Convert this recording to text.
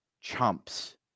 chumps